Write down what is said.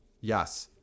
Yes